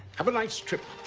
have a nice trip.